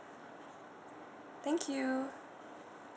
thank you